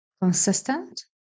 consistent